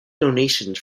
donations